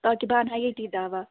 اَدٕ کیٛاہ بہٕ اَنہٕ ہا ییٚتی دوا